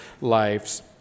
lives